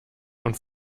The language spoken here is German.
und